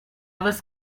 was